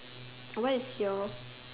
what is your